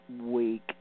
week